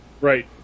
right